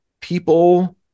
people